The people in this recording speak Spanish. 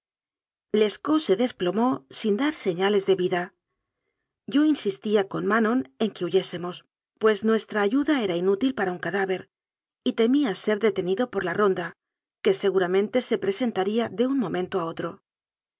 lescaut se desplomó sin dar señales de vida yo insistía con manon en que huyésemos pues nuestra ayuda era inútil para un cadáver y temía ser detenido por la ron da que seguramente se presentaría de un mo mento a otro